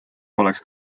oleks